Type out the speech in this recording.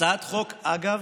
הצעת חוק, אגב,